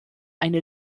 eine